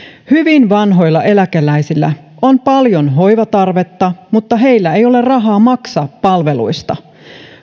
hyvin vanhoilla eläkeläisillä on paljon hoivatarvetta mutta heillä ei ole rahaa maksaa palveluista